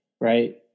right